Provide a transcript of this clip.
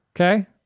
Okay